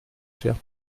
chère